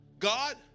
God